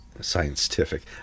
scientific